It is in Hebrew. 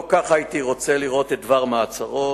לא כך הייתי רוצה לראות את דבר מעצרו,